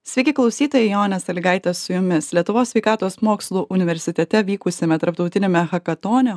sveiki klausytojai jonė salygaitė su jumis lietuvos sveikatos mokslų universitete vykusiame tarptautiniame hakatone